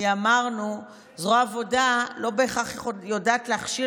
כי אמרנו: זרוע העבודה לא בהכרח יודעת להכשיר